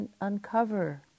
uncover